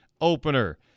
opener